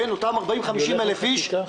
אותם 40,000 50,000 אנשים צריכים,